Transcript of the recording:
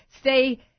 stay